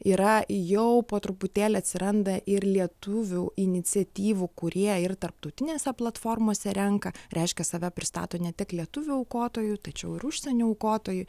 yra jau po truputėlį atsiranda ir lietuvių iniciatyvų kurie ir tarptautinėse platformose renka reiškia save pristato ne tik lietuvių aukotoju tačiau ir užsienių aukotoju